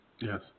Yes